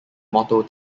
motto